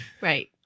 Right